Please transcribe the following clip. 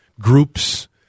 groups